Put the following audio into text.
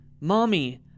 Mommy